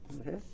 Okay